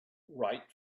write